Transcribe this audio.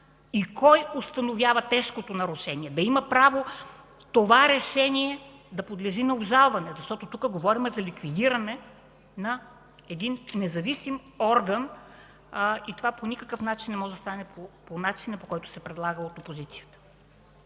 и кой установява тежкото нарушение, да има право това решение да подлежи на обжалване, защото тук говорим за ликвидиране на един независим орган и това по никакъв начин не може да стане по начина, по който се предлага от опозицията.